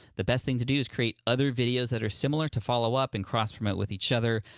the best thing to do is create other videos that are similar to follow up and cross-promote with each other.